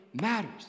matters